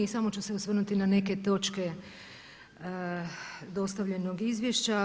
Samo ću se osvrnuti na neke točke dostavljenog izvješća.